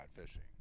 fishing